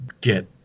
get